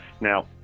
Now